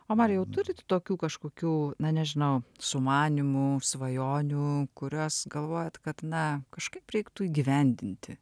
o marijau turit tokių kažkokių na nežinau sumanymų svajonių kuriuos galvojat kad na kažkaip reiktų įgyvendinti